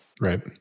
Right